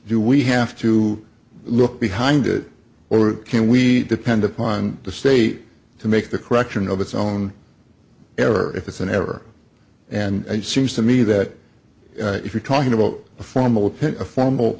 do we have to look behind it or can we depend upon the state to make the correction of its own error if it's in error and seems to me that if you're talking about a formal